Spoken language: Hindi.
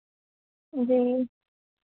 जी